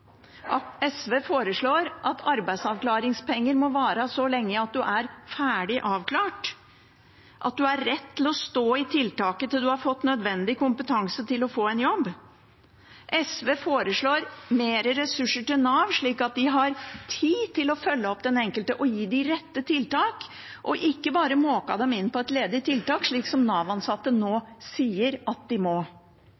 Nav. SV foreslår at arbeidsavklaringspenger må vare så lenge at man er ferdig avklart, at man har rett til å stå i tiltaket til man har fått nødvendig kompetanse til å få en jobb. SV foreslår mer ressurser til Nav, slik at de har tid til å følge opp den enkelte og gi dem rett tiltak – og ikke bare måke dem inn på et ledig tiltak, slik Nav-ansatte nå